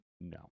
No